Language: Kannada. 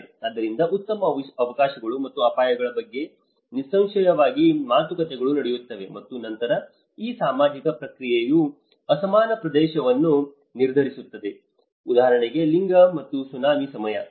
ಆದ್ದರಿಂದ ಉತ್ತಮ ಅವಕಾಶಗಳು ಮತ್ತು ಅಪಾಯಗಳ ಬಗ್ಗೆ ನಿಸ್ಸಂಶಯವಾಗಿ ಮಾತುಕತೆಗಳು ನಡೆಯುತ್ತವೆ ಮತ್ತು ನಂತರ ಈ ಸಾಮಾಜಿಕ ಪ್ರಕ್ರಿಯೆಯು ಅಸಮಾನ ಪ್ರವೇಶವನ್ನು ನಿರ್ಧರಿಸುತ್ತದೆ ಉದಾಹರಣೆಗೆ ಲಿಂಗ ಮತ್ತು ಸುನಾಮಿ ಸಮಯ